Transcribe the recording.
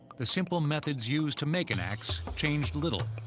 the simple methods used to make an axe changed little.